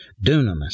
Dunamis